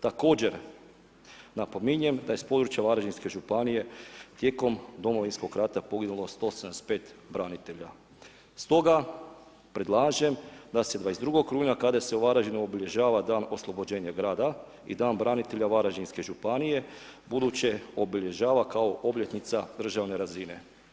Također, napominjem da iz područja Varaždinske županije tijekom Domovinskog rata poginulo 175 branitelja, stoga predlažem da se 22. rujna kada se u Varaždinu obilježava dan oslobođenja grada i Dan branitelja Varaždinske županije, ubuduće obilježava kao obljetnica državne razine.